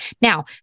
Now